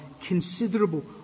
considerable